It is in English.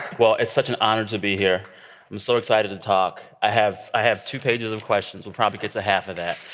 well, it's such an honor to be here. i'm so excited to talk. i have i have two pages of questions. we'll probably get the half of that.